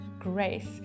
grace